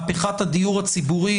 מהפכת הדיור הציבורי